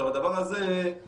הדבר הזה, שוב,